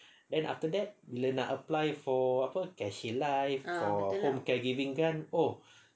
then after that bila nak apply for apa for apa cash in life for home caregiving kan oh